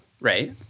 right